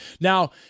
Now